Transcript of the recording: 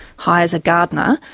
hires a gardener?